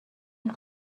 این